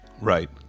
Right